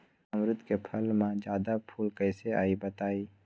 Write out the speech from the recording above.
अमरुद क फल म जादा फूल कईसे आई बताई?